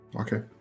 Okay